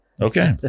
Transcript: okay